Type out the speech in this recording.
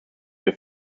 wir